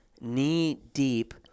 knee-deep